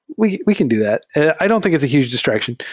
we we can do that. i don't think is a huge distraction.